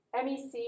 MEC